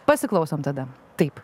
pasiklausom tada taip